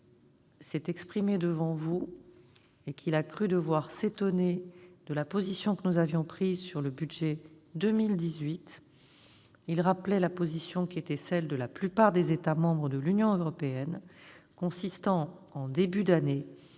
s'est exprimé devant vous et qu'il a cru devoir s'étonner de la position que nous avions prise sur le budget de 2018, il rappelait la position qui était celle de la plupart des États membres de l'Union, consistant, en début d'année,